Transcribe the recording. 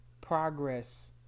progress